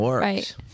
Right